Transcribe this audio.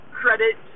credit